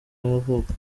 y’amavuko